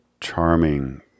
charming